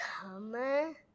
come